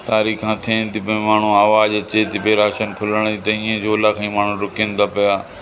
तारीख़ूं थियनि थियूं पियूं माण्हू आवाजु अचे थी पई राशन खुलण त ईअं झोला खई माण्हू ॾुकनि था पिया